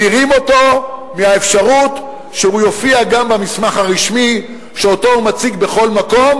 מדירים אותם מהאפשרות שהם יופיעו גם במסמך הרשמי שהם מציגים בכל מקום.